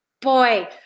Boy